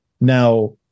Now